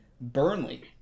Burnley